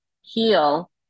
heal